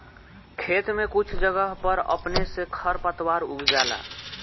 खेत में कुछ जगह पर अपने से खर पातवार उग जाला